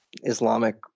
Islamic